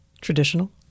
Traditional